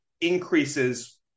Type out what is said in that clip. increases